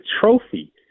trophy